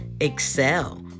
excel